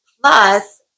Plus